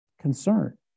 concern